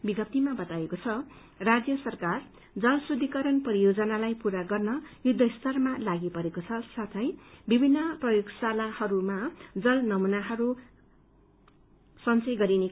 विज्ञप्तीमा बताइएको छ राज्य सरकारले जल शुद्धिकरण परियोजनालाई पूरा गर्न युद्ध स्तरमा लागिपरेको छ तथा विभिन्न प्रयोगशालाहरूमा जलका नमूनाहरूको जाँच गरिएको छ